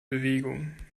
bewegung